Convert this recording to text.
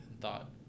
thought